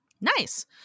Nice